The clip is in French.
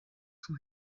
son